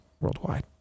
worldwide